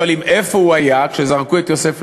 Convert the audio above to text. שואלים איפה הוא היה כשזרקו את יוסף לבור.